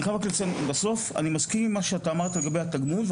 אני חייב רק לציין אני מסכים עם מה שאמרת לגבי התגמול.